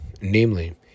Namely